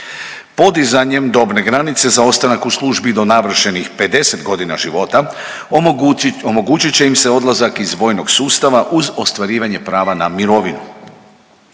Podizanjem dobne granice za ostanak u službi do navršenih 50.g. života omogućit će im se odlazak iz vojnog sustava uz ostvarivanje prava na mirovinu.